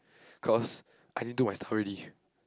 cause I need do my stuff already